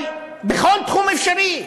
אבל, בכל תחום אפשרי.